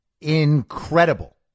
Incredible